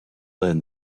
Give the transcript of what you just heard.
learn